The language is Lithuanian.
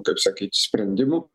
kaip sakyt sprendimų